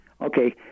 Okay